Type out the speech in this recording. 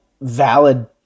valid